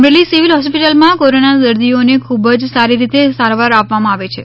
Amreli civil હોસ્પિટલમાં કોરોનાના દર્દીઓને ખુબ જ સારી રીતે સારવાર આપવામાં આવે છે